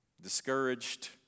discouraged